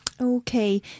Okay